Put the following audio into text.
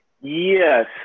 Yes